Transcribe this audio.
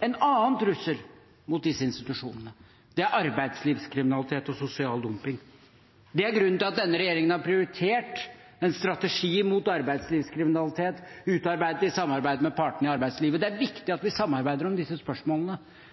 En annen trussel mot disse institusjonene er arbeidslivskriminalitet og sosial dumping. Det er grunnen til at denne regjeringen har prioritert en strategi mot arbeidslivskriminalitet, utarbeidet i